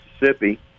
Mississippi